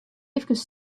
efkes